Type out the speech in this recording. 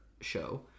show